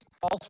false